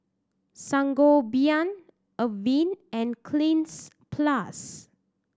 Sangobion Avene and Cleanz Plus